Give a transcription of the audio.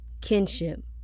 kinship